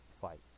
fights